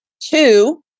Two